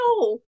no